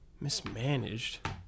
Mismanaged